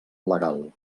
legal